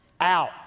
out